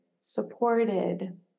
supported